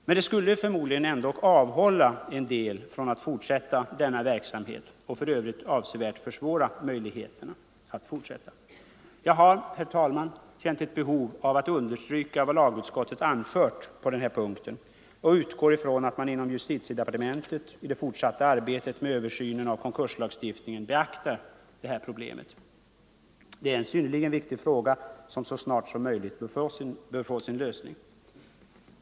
Men det skulle — ningen förmodligen ändå medföra att en del av dem skulle avhålla sig från att fortsätta denna verksamhet, och åtminstone skulle det avsevärt försvåra möjligheterna att fortsätta konkursandet. Jag har, herr talman, känt ett behov av att understryka vad lagutskottet anfört på den här punkten och utgår från att man inom justitiedepartementet i det fortsatta arbetet med översynen av konkurslagstiftningen beaktar problement. Det är en synnerligen viktig fråga, som så snart som möjligt bör få sin lösning.